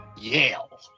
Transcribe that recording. Yale